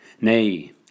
Nay